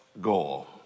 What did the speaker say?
goal